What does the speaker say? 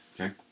Okay